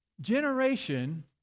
generation